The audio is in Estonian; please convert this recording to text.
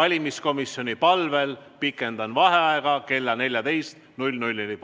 Valimiskomisjoni palvel pikendan vaheaega kella 14-ni.